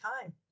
time